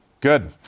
Good